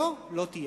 היה לא תהיה.